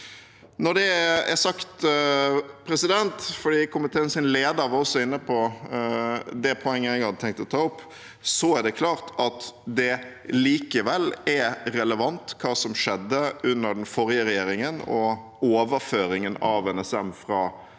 Når det er sagt – for komiteens leder var også inne på det poenget jeg hadde tenkt å ta opp – er det klart at det likevel er relevant hva som skjedde under den forrige regjeringen med overføringen av NSM fra